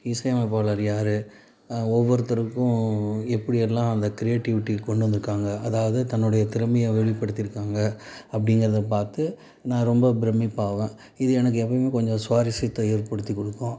இசையமைப்பாளர் யார் ஒவ்வொருத்தருக்கும் எப்படி எல்லாம் அந்த கிரியேட்டிவிட்டி கொண்டு வந்திருக்காங்க அதாவது தன்னுடைய திறமையை வெளிப்படுத்தியிருக்காங்க அப்படிங்குறத பார்த்து நான் ரொம்ப பிரம்மிப்பாவேன் இது எனக்கு எப்பவுமே கொஞ்சம் சுவாரஸ்யத்தை ஏற்படுத்தி கொடுக்கும்